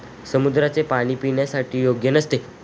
समुद्राचे पाणी पिण्यासाठी योग्य नसते